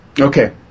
okay